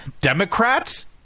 Democrats